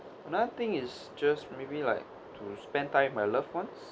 another thing is just maybe like to spend time with my loved ones